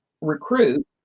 recruit